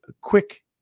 quick